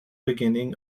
beginning